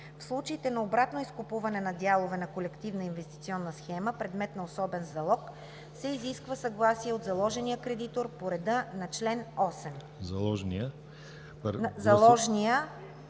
В случаите на обратно изкупуване на дялове на колективна инвестиционна схема, предмет на особен залог, се изисква съгласие от заложния кредитор по реда на чл. 8.“